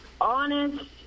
honest